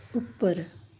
ਉੱਪਰ